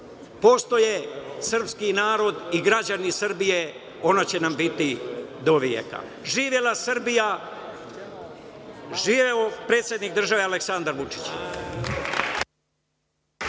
postoji srpski narod i građani Srbije, ono će nam biti do veka. Živela Srbija! Živeo predsednik države Aleksandar Vučić!